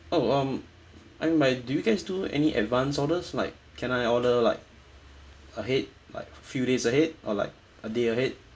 oh um I mean by do you guys do any advance orders like can I order like ahead like few days ahead or like a day ahead